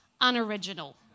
unoriginal